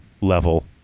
level